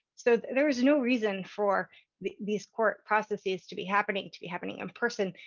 so there is no reason for these court processes to be happening, to be happening in person,